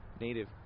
native